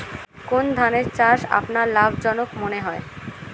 কোন ধানের চাষ আপনার লাভজনক মনে হয়?